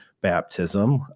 baptism